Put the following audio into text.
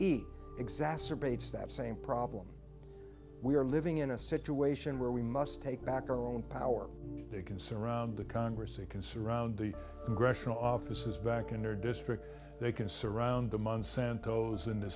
eat exacerbates that same problem we are living in a situation where we must take back our own power it can surround the congress they can surround the congressional offices back in their district they can surround the month santo's in the